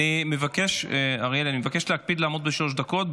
אריאל, אני מבקש להקפיד לעמוד בשלוש דקות.